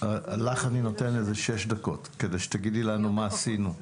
לך אני נותן שש דקות כדי שתגידי לנו מה עשינו.